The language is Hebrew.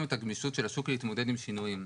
את הגמישות של השוק להתמודד עם שינויים.